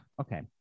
okay